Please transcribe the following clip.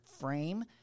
frame